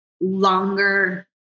longer